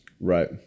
Right